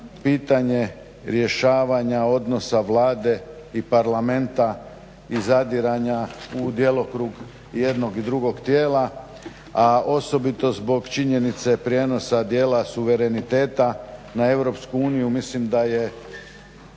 pitanje rješavanja odnosa Vlade i Parlamenta i zadiranja u djelokrug jednog i drugog tijela, a osobito zbog činjenice prijenosa dijela suvereniteta na EU mislim da je